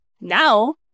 Now